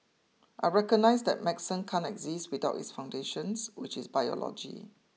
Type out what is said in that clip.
I recognise that medicine can't exist without its foundations which is biology